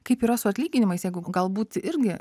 kaip yra su atlyginimais jeigu galbūt irgi